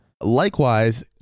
Likewise